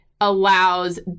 allows